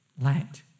let